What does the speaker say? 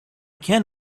can